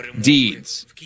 deeds